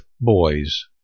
boys